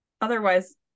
otherwise